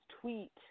tweet